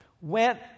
went